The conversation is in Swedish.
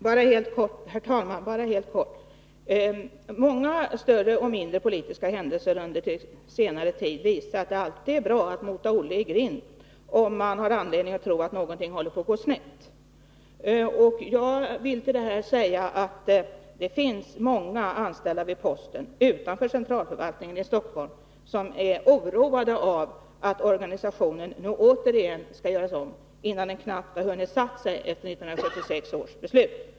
Herr talman! Bara helt kort. Många större och mindre politiska händelser under senare tid visar att det är bra att mota Olle i grind, om man har anledning tro att någonting håller på att gå snett. Det finns många anställda vid posten — utanför centralförvaltningen i Stockholm — som är oroade av att organisationen nu återigen skall göras om, när den knappast hunnit sätta sig efter 1976 års beslut.